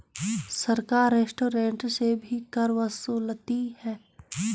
सरकार रेस्टोरेंट से भी कर वसूलती है